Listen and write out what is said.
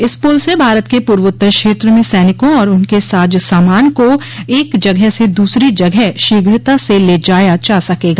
इस पुल से भारत के पूर्वोत्तर क्षेत्र में सैनिकों और उनके साजसामान को एक जगह से दूसरी जगह शीघ्रता से ले जाया जा सकेगा